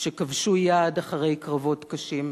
שכבשו יעד אחרי קרבות קשים,